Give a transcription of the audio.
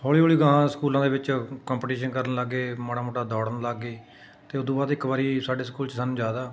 ਹੌਲੀ ਹੌਲੀ ਅਗਾਂਹ ਸਕੂਲਾਂ ਦੇ ਵਿੱਚ ਕੰਪਟੀਸ਼ਨ ਕਰਨ ਲੱਗ ਗਏ ਮਾੜਾ ਮੋਟਾ ਦੌੜਨ ਲੱਗ ਗਏ ਅਤੇ ਉੱਦੋਂ ਬਾਅਦ ਇੱਕ ਵਾਰੀ ਸਾਡੇ ਸਕੂਲ 'ਚ ਸਾਨੂੰ ਯਾਦ ਆ